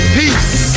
peace